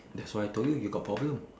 that's why I told you you got problem